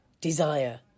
desire